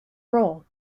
role